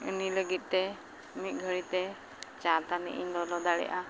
ᱩᱱᱤ ᱞᱟᱹᱜᱤᱫᱛᱮ ᱢᱤᱫ ᱜᱷᱟᱹᱲᱤᱡᱛᱮ ᱪᱟ ᱛᱟᱱᱤᱡᱼᱤᱧ ᱞᱚᱞᱚ ᱫᱟᱲᱮᱜᱼᱟ